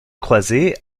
croisée